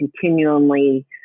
continually